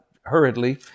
hurriedly